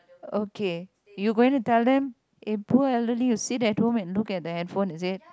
okay you going to tell them in poor elderly you see that don't look at the handphone is it